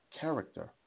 character